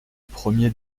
premier